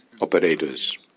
operators